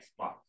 Xbox